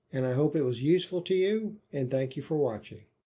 and i hope it was useful to you. and thank you for watching.